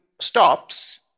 stops